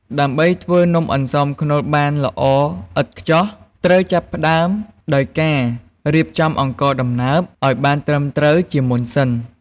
ដើម្បីធ្វើនំអន្សមខ្នុរឱ្យបានល្អឥតខ្ចោះ ត្រូវចាប់ផ្តើមដោយការរៀបចំអង្ករដំណើបឱ្យបានត្រឹមត្រូវជាមុនសិន។